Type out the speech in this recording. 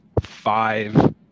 five